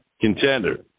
contender